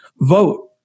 vote